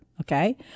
Okay